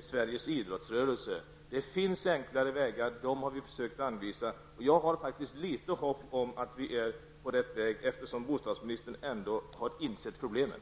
Sveriges idrottsrörelse. Det finns enklare vägar, och vi har försökt att anvisa dem. Jag har litet hopp om att vi är på rätt väg eftersom bostadsministern ändå har insett problemet.